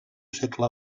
segle